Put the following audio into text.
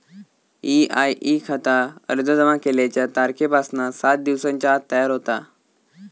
EIE खाता अर्ज जमा केल्याच्या तारखेपासना सात दिवसांच्या आत तयार होता